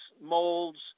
molds